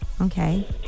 Okay